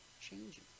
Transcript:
changing